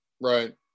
right